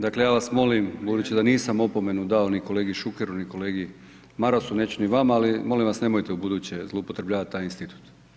Dakle, ja vas molim budući da nisam opomenu dao ni kolegi Šukeru, ni kolegi Marasu neću ni vama, ali molim vas nemojte ubuduće zloupotrebljavati taj institut.